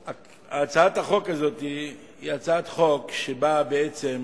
הצעת החוק הזאת היא הצעת חוק שבאה בעצם